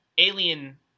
alien